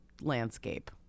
landscape